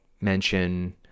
mention